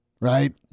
Right